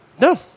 No